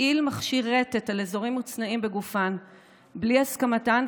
הפעיל מכשיר רטט על אזורים מוצנעים בגופן בלי הסכמתן,